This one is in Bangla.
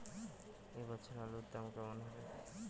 এ বছর আলুর দাম কেমন হবে?